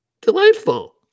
delightful